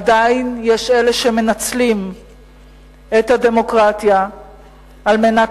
עדיין יש אלה שמנצלים את הדמוקרטיה על מנת